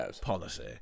policy